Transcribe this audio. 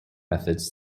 methods